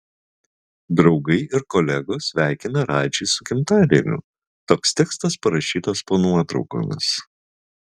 draugai ir kolegos sveikina radžį su gimtadieniu toks tekstas parašytas po nuotraukomis